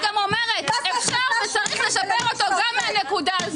אפשר וצריך לשמר אותו גם מהנקודה הזאת.